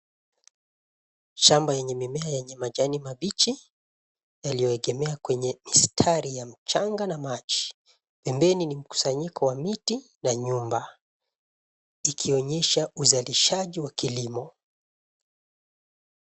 Shamba yenye mimea yenye majani mabichi yaliyoegemea kwenye mistari ya mchanga na maji pembeni ni mkusanyiko wa miti na nyumba, ikionyesha uzalishaji wa kilimo.